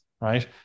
right